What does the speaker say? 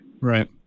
Right